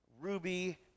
ruby